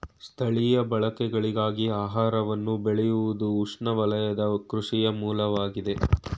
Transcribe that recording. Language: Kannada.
ಸ್ಥಳೀಯ ಬಳಕೆಗಳಿಗಾಗಿ ಆಹಾರವನ್ನು ಬೆಳೆಯುವುದುಉಷ್ಣವಲಯದ ಕೃಷಿಯ ಮೂಲವಾಗಿದೆ